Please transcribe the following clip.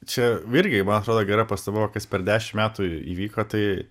čia irgi man atrodo gera pastaba va kas per dešimt metų įvyko tai